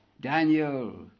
Daniel